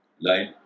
Line